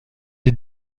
des